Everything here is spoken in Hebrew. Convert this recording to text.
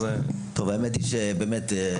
האמת היא שבאמת,